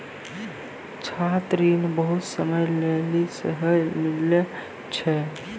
छात्र ऋण बहुते समय लेली सेहो मिलै छै